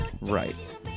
Right